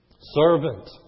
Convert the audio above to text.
servant